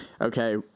okay